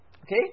Okay